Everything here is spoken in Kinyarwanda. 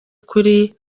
kuri